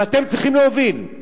ואתם צריכים להוביל,